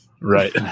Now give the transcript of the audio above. right